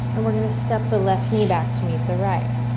and we're going to step the left knee back to meet the right.